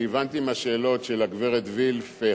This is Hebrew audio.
אני הבנתי מהשאלות של הגברת וילף,